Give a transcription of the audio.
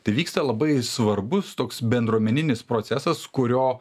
tai vyksta labai svarbus toks bendruomeninis procesas kurio